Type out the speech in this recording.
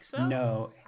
no